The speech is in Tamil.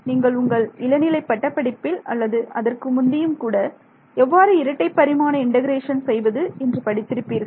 நீங்கள் உங்கள் இளநிலைப் பட்டப் படிப்பில் அல்லது அதற்கு முந்தியும் கூட எவ்வாறு இரட்டை பரிமாண இண்டெகரேஷன் செய்வது என்று படித்திருப்பீர்கள்